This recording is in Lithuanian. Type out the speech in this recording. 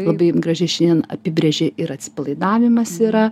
labai gražiai šiandien apibrėžė ir atsipalaidavimas yra